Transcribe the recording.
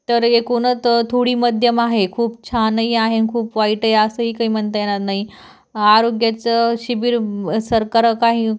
तर एकूण त थोडी मध्यम आहे खूप छानही आहे आणि खूप वाईट आहे असंही काही म्हणता येणार नाही आरोग्याचं शिबीर सरकार काही